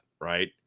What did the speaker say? right